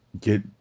get